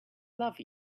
love